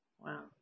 Wow